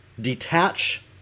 Detach